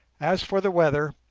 as for the weather,